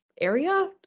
area